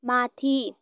माथि